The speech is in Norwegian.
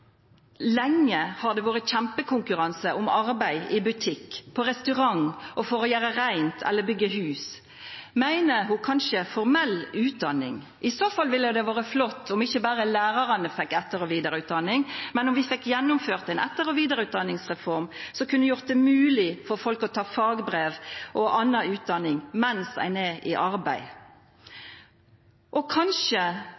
for å gjera reint eller byggja hus. Meiner ho kanskje formell utdanning? I så fall ville det ha vore flott om ikkje berre lærarane fekk etter- og vidareutdanning, men om vi fekk gjennomført ei etter- og vidareutdanningsreform som hadde gjort det mogleg for folk å ta fagbrev og anna utdanning medan ein er i